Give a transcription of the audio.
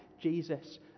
Jesus